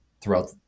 throughout